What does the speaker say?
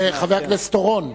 חבר הכנסת אורון.